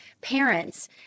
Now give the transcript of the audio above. parents